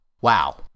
Wow